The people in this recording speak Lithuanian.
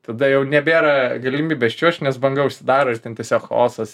tada jau nebėra galimybės čiuožt nes banga užsidaro ir ten tiesiog chaosas